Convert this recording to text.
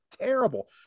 terrible